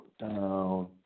down